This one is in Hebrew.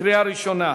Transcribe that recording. קריאה ראשונה.